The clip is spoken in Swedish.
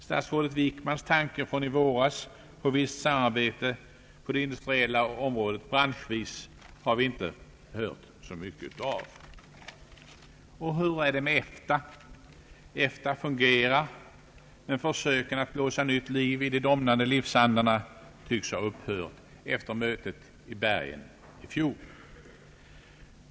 Statsrådet Wickmans tanke från i våras på ett visst samarbete branschvis inom det industriella området har vi inte hört så mycket av. Och hur är det med EFTA? Organi sationen fungerar, men försöken att blåsa nytt liv i de domnande livsandarna tycks ha upphört efter mötet i Bergen i fjol.